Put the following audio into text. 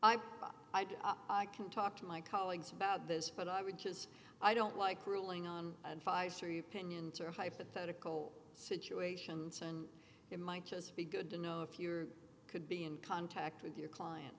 i can talk to my colleagues about this but i would just i don't like ruling on an five story pinions or hypothetical situations and it might just be good to know if your could be in contact with your client